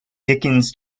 dickens